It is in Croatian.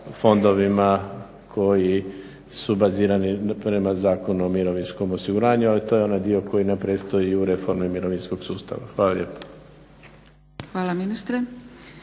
fondovima koji su bazirani prema Zakonu o mirovinskom osiguranju. Ali to je onaj dio koji nam predstoji u reformi mirovinskog sustava. Hvala lijepo. **Zgrebec,